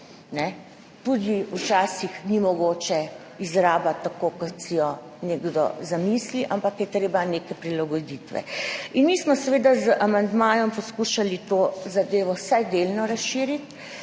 tudi ni mogoče izrabiti tako, kot si je nekdo zamislil, ampak so potrebne neke prilagoditve. Mi smo seveda z amandmajem poskušali to zadevo vsaj delno razširiti.